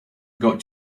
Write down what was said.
got